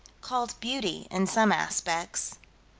called beauty in some aspects.